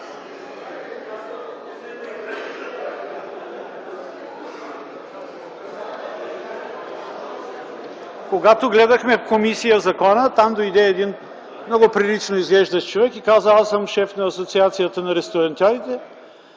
комисията гледахме законопроекта, там дойде един много прилично изглеждащ човек и каза: „Аз съм шеф на Асоциацията на ресторантьорите.